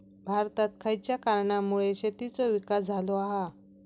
भारतात खयच्या कारणांमुळे शेतीचो विकास झालो हा?